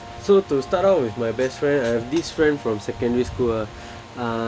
so to start off with my best friend I have this friend from secondary school ah uh